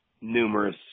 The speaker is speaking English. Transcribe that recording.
numerous